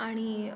आणि